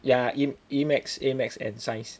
ya e maths a maths and science